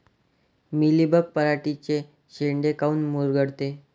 Mealybug पराटीचे चे शेंडे काऊन मुरगळते?